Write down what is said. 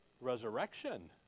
Resurrection